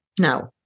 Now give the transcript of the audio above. No